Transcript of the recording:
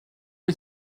les